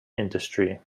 industry